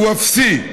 הוא אפסי.